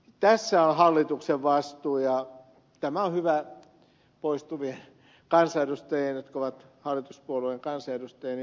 tässä on hallituksen vastuu ja tämä on hyvä poistuvien kansanedustajien jotka ovat hallituspuolueen kansanedustajia huomata